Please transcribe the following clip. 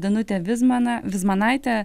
danutė vizmana vizmanaitė